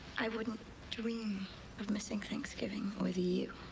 i wouldn't dream of missing thanksgiving with you.